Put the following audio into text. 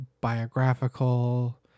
biographical